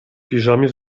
piżamie